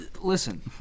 Listen